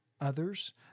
others